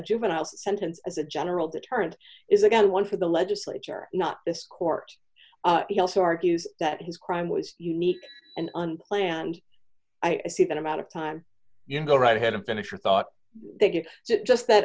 juvenile sentence as a general deterrent is again one for the legislature not this court he also argues that his crime was unique and unplanned i see that amount of time you go right ahead and finish your thought they did just that